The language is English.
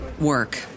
work